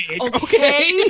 Okay